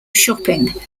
shopping